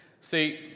See